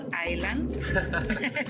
Island